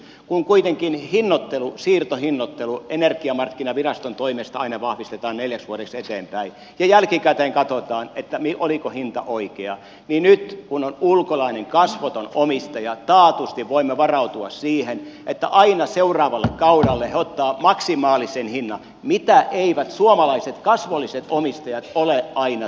kun kuitenkin hinnoittelu siirtohinnoittelu energiamarkkinaviraston toimesta aina vahvistetaan neljäksi vuodeksi eteenpäin ja jälkikäteen katsotaan oliko hinta oikea niin nyt kun on ulkolainen kasvoton omistaja taatusti voimme varautua siihen että aina seuraavalle kaudelle he ottavat maksimaalisen hinnan mitä eivät suomalaiset kasvolliset omistajat ole aina tehneet